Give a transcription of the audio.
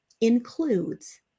includes